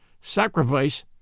sacrifice